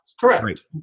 correct